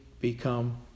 become